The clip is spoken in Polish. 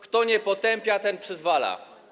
Kto nie potępia, ten przyzwala”